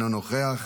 אינו נוכח,